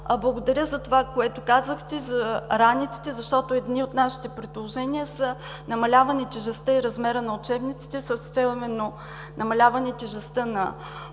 Благодаря за това, което казахте за раниците, защото едни от нашите предложения са намаляване тежестта и размера на учебниците, с цел именно намаляване тежестта на